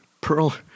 Pearl